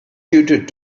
suited